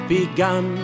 begun